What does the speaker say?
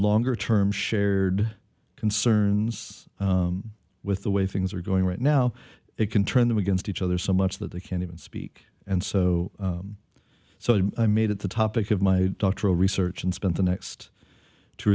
longer term shared concerns with the way things are going right now it can turn them against each other so much that they can't even speak and so so i made it the topic of my doctoral research and spent the next two